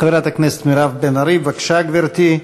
חברת הכנסת מירב בן ארי, בבקשה, גברתי,